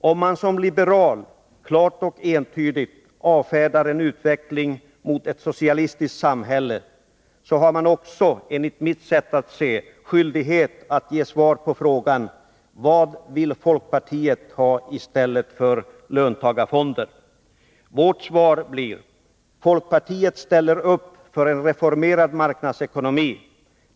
Om man som liberal klart och entydigt avfärdar en utveckling mot ett socialistiskt samhälle, så har man också enligt mitt sätt att se på saken skyldighet att ge svar på frågan: Vad vill folkpartiet ha i stället för fonder? Vårt svar blir: Folkpartiet ställer sig bakom en reformerad marknadsekonomi.